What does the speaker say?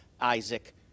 Isaac